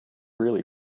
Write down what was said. really